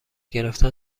گرفتن